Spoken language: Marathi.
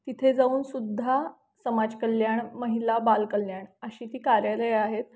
तिथे जाऊन सुद्धा समाजकल्याण महिला बालकल्याण अशी ती कार्यालयं आहेत